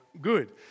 good